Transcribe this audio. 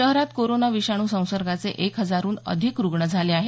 शहरात कोरोना विषाणू संसर्गाचे एक हजारहून अधिक रुग्ण झाले आहेत